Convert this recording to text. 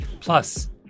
plus